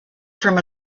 from